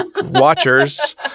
watchers